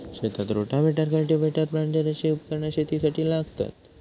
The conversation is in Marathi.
शेतात रोटाव्हेटर, कल्टिव्हेटर, प्लांटर अशी उपकरणा शेतीसाठी लागतत